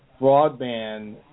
broadband